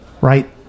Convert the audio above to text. right